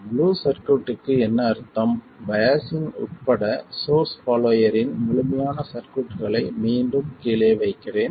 முழு சர்க்யூட்க்கு என்ன அர்த்தம் பையாஸ்ஸிங் உட்பட சோர்ஸ் பாலோயரின் முழுமையான சர்க்யூட்களை மீண்டும் கீழே வைக்கிறேன்